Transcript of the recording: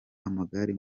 amagare